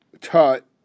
Tut